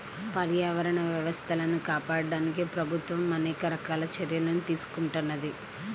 పర్యావరణ వ్యవస్థలను కాపాడడానికి ప్రభుత్వం అనేక రకాల చర్యలను తీసుకుంటున్నది